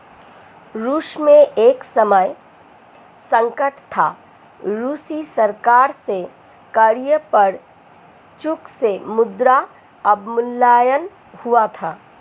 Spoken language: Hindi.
रूस में एक समय संकट था, रूसी सरकार से कर्ज पर चूक से मुद्रा अवमूल्यन हुआ था